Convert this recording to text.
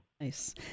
Nice